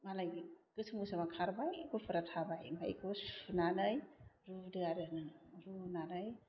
मालाय गोसोम गोसोमा खारबाय गुफुरा थाबाय ओमफ्राइ बेखौबो सुनानै रुदो आरो नों रुनानै